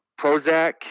Prozac